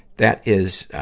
that is,